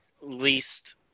least